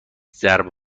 ضربه